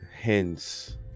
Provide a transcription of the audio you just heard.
hence